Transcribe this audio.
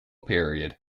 period